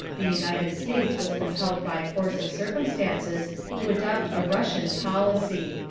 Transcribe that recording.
the united states was compelled by force of circumstances to adopt a russian policy.